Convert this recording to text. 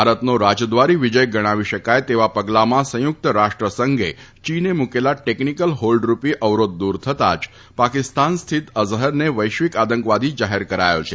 ભારતનો રાજદ્વારી વિજય ગણાવી શકાય તેવા પગલામાં સંયુક્ત રાષ્ટ્રસંઘે ચીને મુકેલ ટેકનીકલ હેલ્ડરૂપી અવરોધ દૂર થતા જ પાકિસ્તાન સ્થીત અઝફરને વૈશ્વિક આતંકવાદી જાહેર કર્યો છે